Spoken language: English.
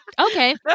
okay